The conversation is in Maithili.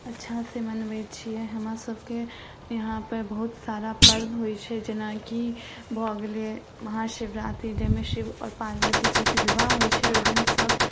अच्छासे मनबै छिए हमरासभके इहाँपर बहुत सारा पर्व होइ छै जेनाकि भऽ गेलै महाशिवरात्रि जाहिमे शिव आओर पार्वतीजीके विवाह होइ छै ओहिदिन सभ